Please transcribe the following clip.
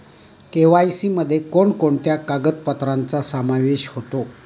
KYC मध्ये कोणकोणत्या कागदपत्रांचा समावेश होतो?